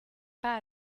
pas